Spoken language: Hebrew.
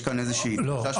יש כאן איזושהי --- לא,